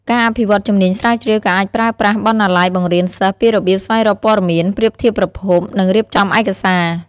ការអភិវឌ្ឍជំនាញស្រាវជ្រាវក៏អាចប្រើប្រាស់បណ្ណាល័យបង្រៀនសិស្សពីរបៀបស្វែងរកព័ត៌មាន ប្រៀបធៀបប្រភព និងរៀបចំឯកសារ។